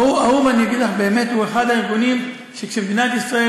האו"ם הוא אחד הארגונים שכאשר מדינת ישראל